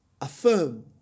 affirm